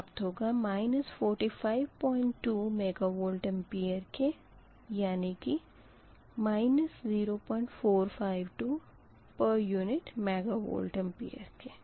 इसी तरह से Q3 शेड्युल schedule बराबर है Qg3 QL3 बराबर 0 452 के यानी कि 0452 पर यूनिट मेगवार के